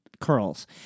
curls